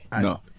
No